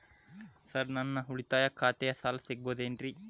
Sir ನನ್ನ ಉಳಿತಾಯ ಖಾತೆಯ ಸಾಲ ಸಿಗಬಹುದೇನ್ರಿ?